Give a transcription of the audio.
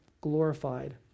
glorified